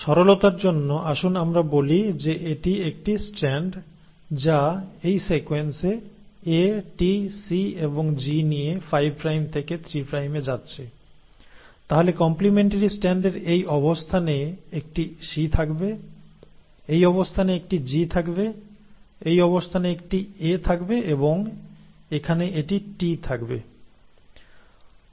সরলতার জন্য আসুন আমরা বলি যে এটি একটি স্ট্র্যান্ড যা এই সিকোয়েন্স A T C এবং G নিয়ে 5 প্রাইম থেকে 3 প্রাইমে যাচ্ছে তাহলে কম্প্লিমেন্টারি স্ট্র্যান্ডের এই অবস্থানে একটি C থাকবে এই অবস্থানে একটি G থাকবে এই অবস্থানে একটি A থাকবে এবং এখানে এটি T থাকবে